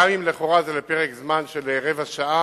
גם אם לכאורה זה לפרק זמן של רבע שעה.